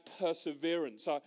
perseverance